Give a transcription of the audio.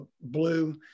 blue